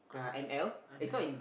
grams M_L